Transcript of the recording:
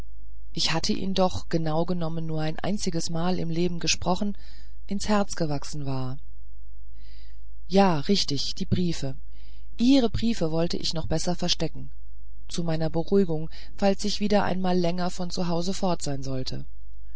ich hatte ihn doch genaugenommen nur ein einziges mal im leben gesprochen ins herz gewachsen war ja richtig die briefe ihre briefe wollte ich doch besser verstecken zu meiner beruhigung falls ich wieder einmal länger von zu hause fort sein sollte